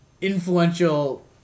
influential